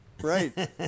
Right